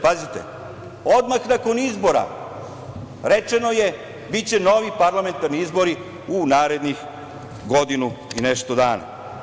Pazite, odmah nakon izbora rečeno je – biće novi parlamentarni izbori u narednih godinu i nešto dana.